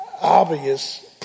obvious